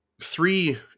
three